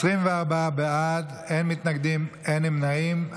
24 בעד, אין מתנגדים, אין נמנעים.